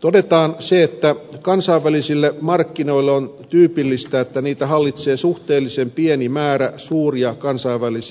todetaan se että kansainvälisille markkinoille on tyypillistä että niitä hallitsee suhteellisen pieni määrä suuria kansainvälisiä pörssiyhtiöitä